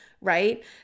right